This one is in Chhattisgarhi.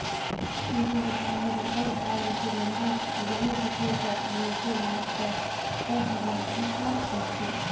पूंजी बजार हर बड़खा बजार होथे ओम्हां जम्मो किसिम कर मइनसे मन कर सहभागिता रहथे